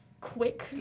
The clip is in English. quick